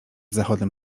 zachodem